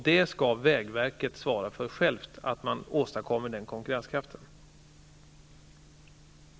Det är vägverket som självt skall svara för att den konkurrenskraften kan åstadkommas.